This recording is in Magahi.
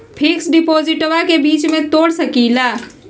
फिक्स डिपोजिटबा के बीच में तोड़ सकी ना?